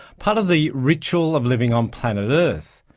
part of the ritual of living on planet earth.